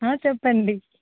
చెప్పండి